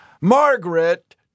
Margaret